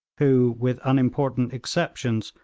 who, with unimportant exceptions,